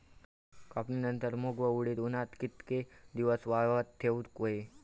कापणीनंतर मूग व उडीद उन्हात कितके दिवस वाळवत ठेवूक व्हये?